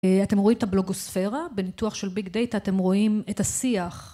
אתם רואים את הבלוגוספירה בניתוח של ביג דאטה אתם רואים את השיח